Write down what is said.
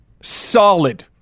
Solid